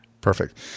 Perfect